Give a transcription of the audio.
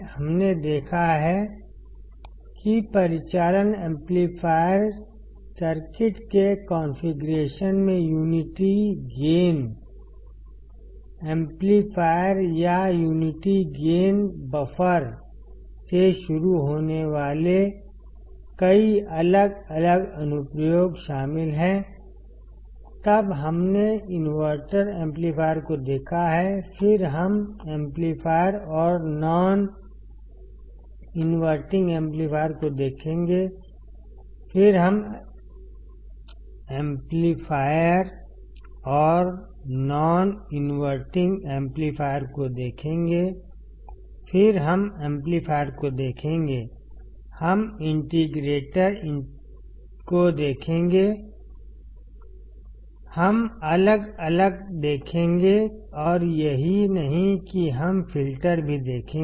हमने देखा है कि परिचालन एम्पलीफायर सर्किट के कॉन्फ़िगरेशन में यूनिटी गेन एम्पलीफायर या यूनिटी गेन बफर से शुरू होने वाले कई अलग अलग अनुप्रयोग शामिल हैं तब हमने इनवर्टर एम्पलीफायर को देखा है फिर हम एम्पलीफायर और नॉन इन्वर्टिंग एम्पलीफायर को देखेंगे फिर हम एम्पलीफायर को देखेंगे हम इंटीग्रेटर को देखेंगे हम अलग अलग देखेंगे और यही नहीं कि हम फिल्टर भी देखेंगे